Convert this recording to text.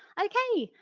ok,